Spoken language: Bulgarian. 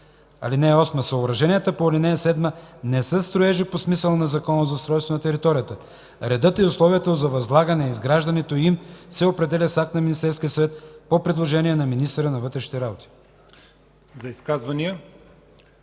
(8) Съоръженията по ал. 7 не са строежи по смисъла на Закона за устройство на територията. Редът и условията за възлагането и изграждането им се определят с акт на Министерския съвет по предложение на министъра на вътрешните работи.”